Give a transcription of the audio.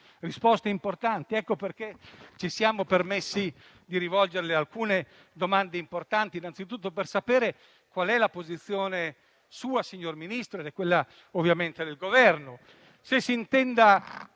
risposte importanti. Ecco perché ci siamo permessi di rivolgerle alcune domande importanti, anzitutto per sapere qual è la sua posizione, signor Ministro, che è ovviamente quella del Governo, e se si intenda